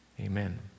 Amen